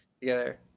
together